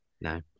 No